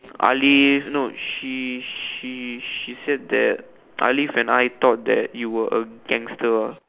Alif no she she she said that Alif and I thought that you where a gangster